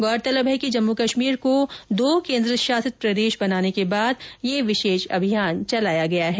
गौरतलब है कि जम्मू कश्मीर को दो केन्द्र शासित प्रदेश बनाने के बाद यह विशेष अभियान चलाया गया है